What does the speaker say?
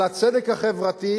על הצדק החברתי?